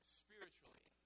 spiritually